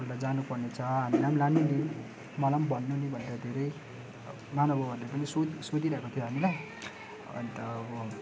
एकपल्ट जानुपर्नेछ हामीलाई पनि लानु नि मलाई पनि भन्नु नि भनेर धेरै महानुभावहरूले पनि सोध सोधिरहेको थियो हामीलाई अन्त